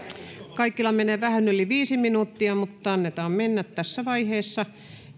kaikilla menee vähän yli viisi minuuttia mutta annetaan mennä tässä vaiheessa